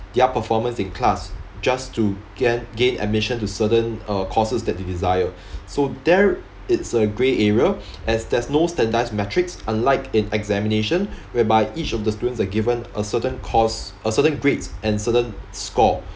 their performance in class just to gain gain admission to certain uh courses that they desire so there it's a grey area as there's no standardised metrics unlike in examination whereby each of the students are given a certain course a certain grades and certain score